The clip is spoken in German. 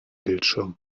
bildschirm